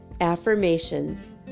Affirmations